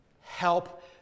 help